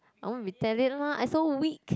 I won't be tell it lah I'm so weak